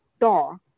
door